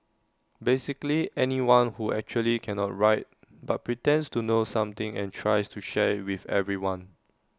basically anyone who actually cannot write but pretends to know something and tries to share IT with everyone